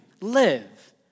live